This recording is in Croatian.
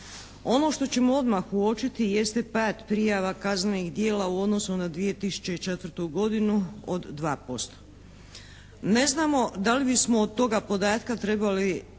Ono što ćemo odmah uočiti jeste pad prijava kaznenih djela u odnosu na 2004. godinu od 2%. Ne znamo da li bismo od tog podatka trebali iščitavati